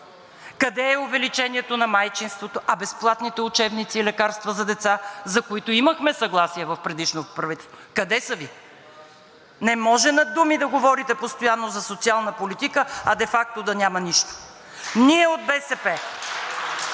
къде е увеличението на майчинството, а безплатните учебници и лекарства за деца, за които имахме съгласие в предишното правителство, къде са Ви? Не може на думи да говорите постоянно за социална политика, а де факто да няма нищо.